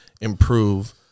Improve